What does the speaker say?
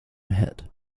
hit